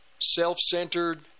self-centered